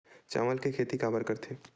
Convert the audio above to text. चावल के खेती काबर करथे?